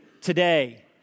today